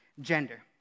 gender